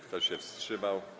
Kto się wstrzymał?